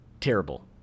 terrible